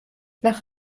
nach